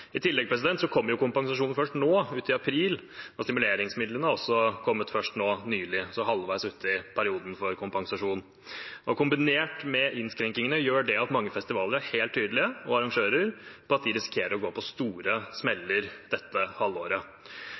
I tillegg kommer kompensasjonen først nå, ut i april, og stimuleringsmidlene har også kommet først nå nylig, sånn halvveis ut i perioden for kompensasjon. Kombinert med innskrenkningene gjør det at mange festivaler og arrangører er helt tydelige på at de risikerer å gå på store smeller dette halvåret.